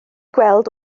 gweld